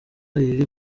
riri